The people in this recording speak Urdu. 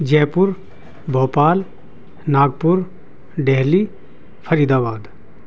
جے پور بھوپال ناگپور ڈیلی فرید آباد